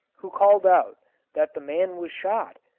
who called out that the man was shot,